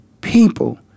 people